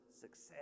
success